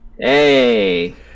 Hey